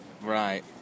Right